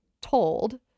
told